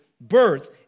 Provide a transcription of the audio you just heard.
birth